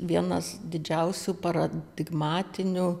vienas didžiausių paratigmatinių